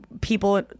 people